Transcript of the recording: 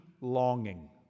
longing